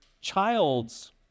child's